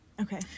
okay